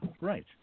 right